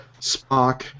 Spock